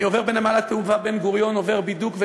אני עובר בנמל-התעופה בן-גוריון בידוק,